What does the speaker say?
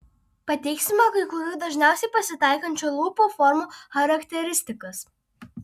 pateiksime kai kurių dažniausiai pasitaikančių lūpų formų charakteristikas